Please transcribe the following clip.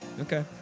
Okay